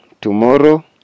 tomorrow